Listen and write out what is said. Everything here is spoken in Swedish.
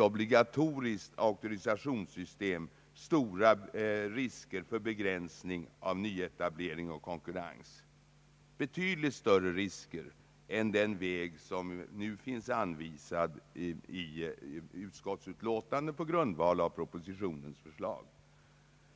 obligatoriskt auktorisationssystem i första hand medför stora risker för begränsning av nyetablering och konkurrens, betydligt större risker än den väg som nu finns anvisad i utskottsutlåtandet på grundval av propositionens förslag.